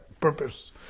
purpose